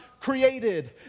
created